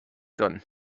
done